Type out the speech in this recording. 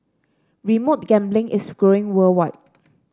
remote gambling is growing worldwide